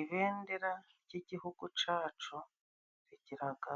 Ibendera ry"igihugu cacu rigiraga